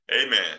Amen